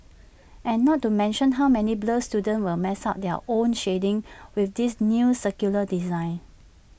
and not to mention how many blur students will mess up their own shading with this new circular design